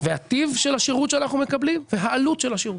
והטיב של השירות שאנחנו מקבלים והעלות של השירות,